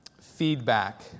feedback